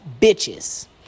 bitches